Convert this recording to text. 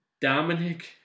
Dominic